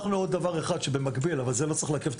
עוד דבר אחד במקביל שלא צריך לעכב את